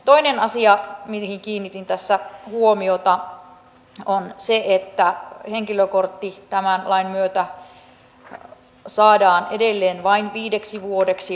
toinen asia mihin kiinnitin tässä huomiota on se että henkilökortti tämän lain myötä saadaan edelleen vain viideksi vuodeksi